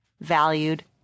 valued